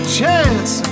chance